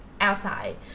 outside